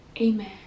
Amen